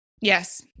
Yes